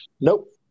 Nope